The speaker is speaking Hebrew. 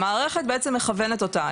המערכת בעצם מכוונת אותה,